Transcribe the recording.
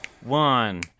one